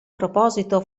proposito